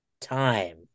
time